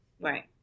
Right